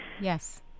Yes